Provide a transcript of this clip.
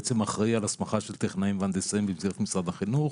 בעצם אחראי על הסמכה של טכנאים והנדסאים במסגרת משרד החינוך.